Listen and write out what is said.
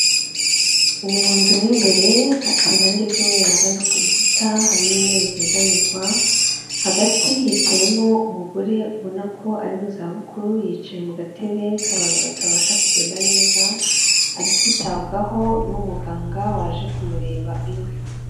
Ni mu nzu mo imbere hateye irangi ry'umweru hagana ku bikuta harimo intebe zegamirwa, hagati hicayemo umugore ubona ko ari mu za bukuru yicaye mu gatebe k'abantu batabasha kugenda neza, ari kwitabwaho n'umuganga waje kumureba iwe.